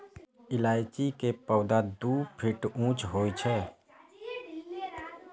इलायची के पौधा दू फुट ऊंच होइ छै